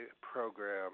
program